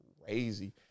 crazy